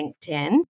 LinkedIn